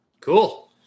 Cool